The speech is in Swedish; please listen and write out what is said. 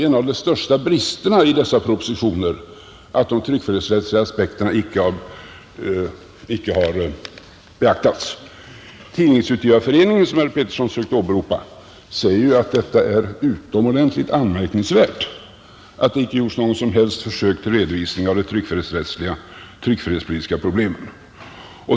En av de största bristerna i dessa propositioner är nämligen att de tryckfrihetsrättsliga aspekterna icke har beaktats. Tidningsutgivareföreningen, som herr Pettersson sökt åberopa, säger att det är utomordentligt anmärkningsvärt att det inte har gjorts något som helst försök till redovisning av de tryckfrihetsrättsliga och tryckfrihetspolitiska problemen.